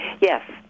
yes